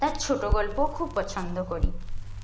তার ছোটো গল্পও খুব পছন্দ করি